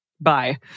Bye